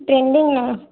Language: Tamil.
டிரெண்டிங்கா